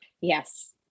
Yes